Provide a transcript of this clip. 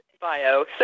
bio